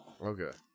Okay